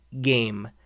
game